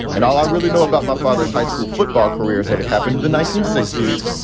and all i really know about my father's high school football career is that it happened in the nineteen sixty s.